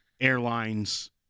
airlines